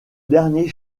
dernier